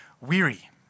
weary